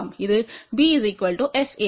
இது b S a